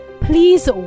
please